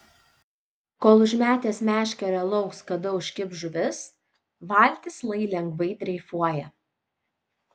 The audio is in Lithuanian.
kol užmetęs meškerę lauks kada užkibs žuvis valtis lai lengvai dreifuoja